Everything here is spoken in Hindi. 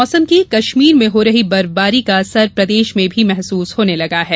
मौसम कश्मीर में हो रही बर्फवारी का असर प्रदेश में भी महसूस होने लगा है